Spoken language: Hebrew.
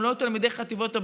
הם לא תלמידי חטיבות הביניים,